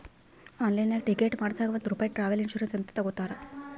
ಆನ್ಲೈನ್ನಾಗ್ ಟಿಕೆಟ್ ಮಾಡಸಾಗ್ ಒಂದ್ ರೂಪೆ ಟ್ರಾವೆಲ್ ಇನ್ಸೂರೆನ್ಸ್ ಅಂತ್ ತಗೊತಾರ್